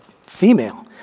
female